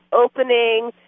opening